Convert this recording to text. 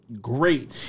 great